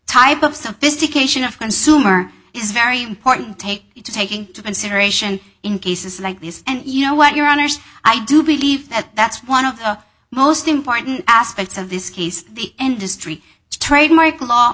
ype of sophistication of consumer is very important take take into consideration in cases like this and you know what your honour's i do believe that that's one of the most important aspects of this case the industry trademark law